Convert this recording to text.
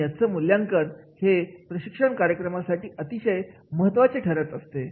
आणि याच मूल्यांकन हे प्रशिक्षण कार्यक्रमासाठी अतिशय महत्त्वाचे ठरत असते